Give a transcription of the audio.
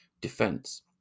defense